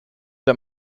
der